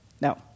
no